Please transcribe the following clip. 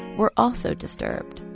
were also disturbed.